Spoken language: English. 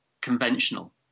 conventional